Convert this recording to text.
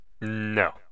No